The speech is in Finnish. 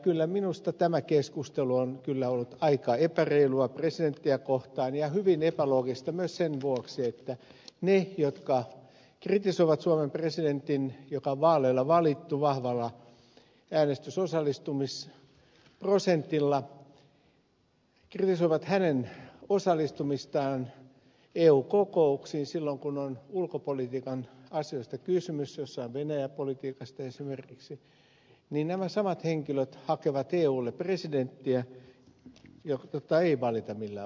kyllä minusta tämä keskustelu on ollut aika epäreilua presidenttiä kohtaan ja hyvin epäloogista myös sen vuoksi että kun eräät kritisoivat suomen presidentin joka on vaaleilla valittu vahvalla äänestysosallistumisprosentilla osallistumista eu kokouksiin silloin kun on ulkopolitiikan asioista kysymys jostain venäjä politiikasta esimerkiksi niin nämä samat henkilöt hakevat eulle presidenttiä jota ei valita millään vaaleilla